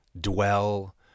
dwell